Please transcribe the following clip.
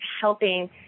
helping